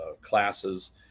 classes